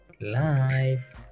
live